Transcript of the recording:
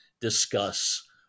discuss